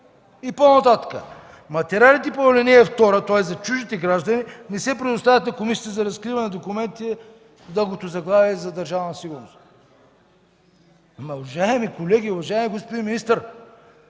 И по-нататък „Материалите по ал. 2” – тоест за чуждите граждани – „не се предоставят на Комисията за разкриване на документите… с дългото заглавие на Държавна сигурност. Уважаеми колеги, уважаеми господин министър,